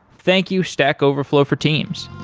thank you stack overflow for teams